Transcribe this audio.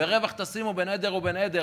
"ורווח תשימו בין עדר ובין עדר".